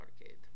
arcade